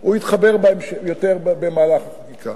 הוא התחבר יותר במהלך החקיקה.